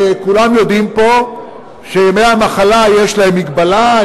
כולם יודעים פה שימי המחלה יש להם מגבלה,